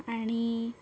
आणि